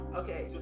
okay